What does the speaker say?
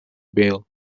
bail